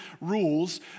rules